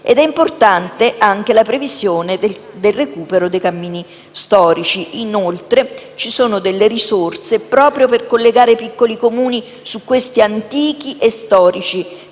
Importante è anche la previsione del recupero dei cammini storici: sono stanziate risorse proprio per collegare i piccoli Comuni su questi antichi e storici cammini;